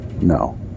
no